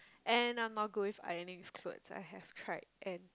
and I'm not good with ironing with clothes I have tried and